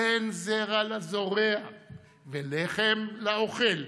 תן זרע לזורע ולחם לאוכל,